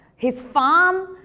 his farm.